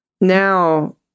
now